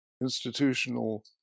institutional